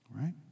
right